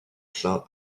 plein